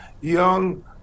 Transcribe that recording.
young